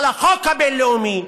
החוק הבין-לאומי,